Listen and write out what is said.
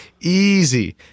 Easy